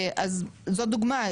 אז זו דוגמה.